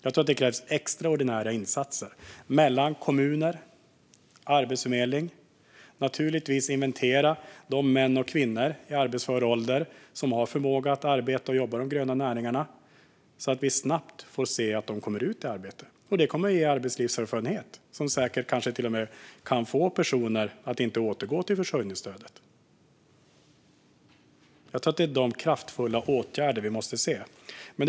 Jag tror att det behövs extraordinära insatser mellan kommuner och arbetsförmedling för att inventera vilka män och kvinnor i arbetsför ålder som har förmåga att arbeta i de gröna näringarna så att vi snabbt får se att de kommer ut i arbete. Det kommer att ge arbetslivserfarenhet som säkert kanske till och med kan få personer att inte återgå till försörjningsstödet. Jag tror att det är sådana kraftfulla åtgärder vi måste få se.